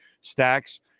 stacks